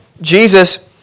Jesus